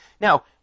Now